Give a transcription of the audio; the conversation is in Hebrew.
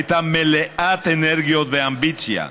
הייתה מלאת אנרגיות ואמביציה.